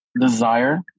desire